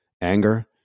anger